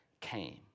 came